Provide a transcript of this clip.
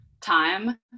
time